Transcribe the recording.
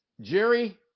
jerry